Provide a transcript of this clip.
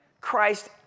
Christ